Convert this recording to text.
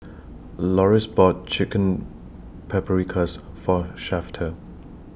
Loris bought Chicken Paprikas For Shafter